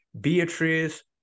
Beatrice